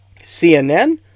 CNN